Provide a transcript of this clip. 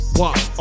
walk